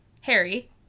Harry